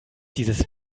dieses